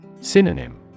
Synonym